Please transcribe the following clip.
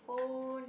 bone